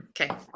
Okay